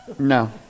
No